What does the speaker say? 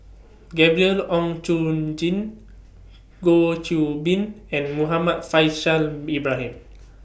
Gabriel Oon Chong Jin Goh Qiu Bin and Muhammad Faishal Ibrahim